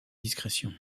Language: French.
discrétion